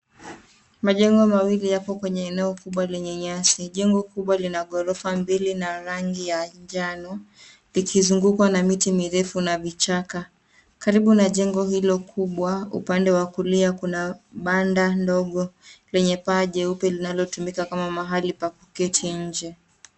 Majengo mawili yapo kwenye eneo kubwa lenye nyasi, jengo kubwa lina gorofa mbili na rangi ya jano, likizungukwa na miti mirefu na vichaka. Karibu na jengo hilo kubwa upande wa kulia kuna bada dogo lenye paa jeupe linalotumika kama maali pa kuketi inje.